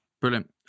Brilliant